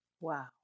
Wow